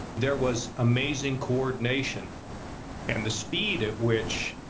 there was amazing coordination and the speed at which